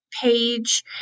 Page